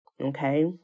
Okay